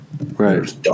Right